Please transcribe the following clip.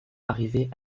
arrivait